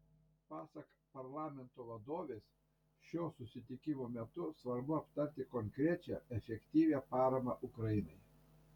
pasak parlamento vadovės šio susitikimo metu svarbu aptarti konkrečią efektyvią paramą ukrainai